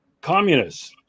Communists